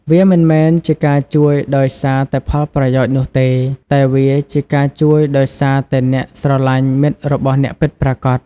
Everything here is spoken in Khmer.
វាមិនមែនជាការជួយដោយសារតែផលប្រយោជន៍នោះទេ តែវាជាការជួយដោយសារតែអ្នកស្រលាញ់មិត្តរបស់អ្នកពិតប្រាកដ។